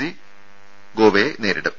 C ഗോവയെ നേരിടും